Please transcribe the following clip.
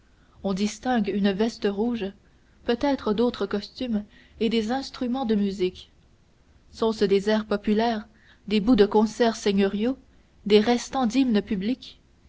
on distingue une veste rouge peut-être d'autres costumes et des instruments de musique sont-ce des airs populaires des bouts de concerts seigneuriaux des restants d'hymne publics